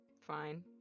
Fine